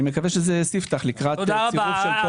אני מקווה שזה סיפתח לקראת שילוב של כל